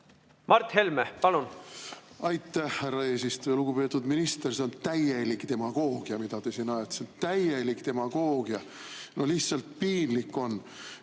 Mart Helme, palun! Aitäh, härra eesistuja! Lugupeetud minister! See on täielik demagoogia, mida te siin ajate. See on täielik demagoogia. No lihtsalt piinlik on.